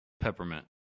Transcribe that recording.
Peppermint